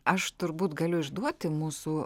aš turbūt galiu išduoti mūsų